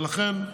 ולכן,